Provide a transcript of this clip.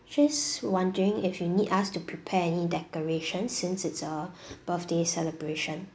just wondering if you need us to prepare any decorations since it's a birthday celebration